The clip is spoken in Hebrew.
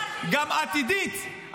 גם עתידית,